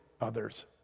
others